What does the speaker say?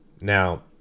now